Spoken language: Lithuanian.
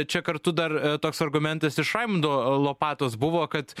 čia kartu dar toks argumentas iš raimundo lopatos buvo kad